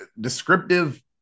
descriptive